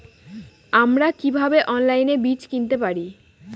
আমরা কীভাবে অনলাইনে বীজ কিনতে পারি?